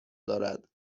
دارد